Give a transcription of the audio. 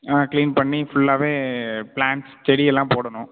ஆ clean பண்ணி ஃபுல்லாகவே plants செடியெல்லாம் போடணும்